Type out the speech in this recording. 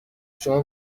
شما